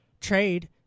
trade